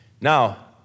Now